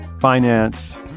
finance